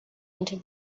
into